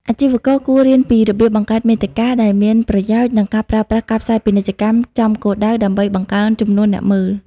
អាជីវករគួររៀនពីរបៀបបង្កើតមាតិកា ដែលមានប្រយោជន៍ និងការប្រើប្រាស់ ការផ្សាយពាណិជ្ជកម្មចំគោលដៅ ដើម្បីបង្កើនចំនួនអ្នកមើល។